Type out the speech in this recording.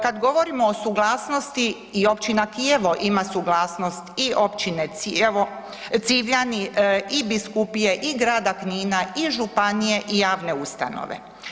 Kad govorimo o suglasnosti i općina Kijevo ima suglasnost i općine Civljani i biskupije i grada Knina i županije i javne ustanove.